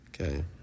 Okay